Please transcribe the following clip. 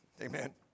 Amen